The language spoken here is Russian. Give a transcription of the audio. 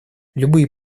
любые